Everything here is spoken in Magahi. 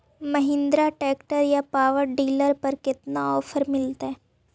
महिन्द्रा ट्रैक्टर या पाबर डीलर पर कितना ओफर मीलेतय?